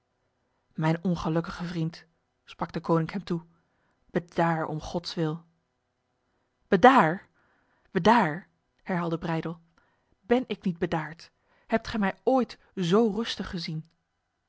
mijn ongelukkige vriend sprak deconinck hem toe bedaar om gods wil bedaar bedaar herhaalde breydel ben ik niet bedaard hebt gij mij ooit zo rustig gezien